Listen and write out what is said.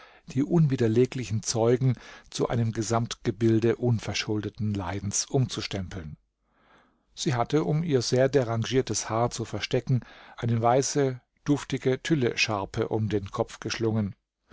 die unwiderleglichen zeugen zu einem gesamtbilde unverschuldeten leidens umzustempeln sie hatte um ihr sehr derangiertes haar zu verstecken eine weiße duftige tüllecharpe um den kopf geschlungen